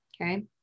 Okay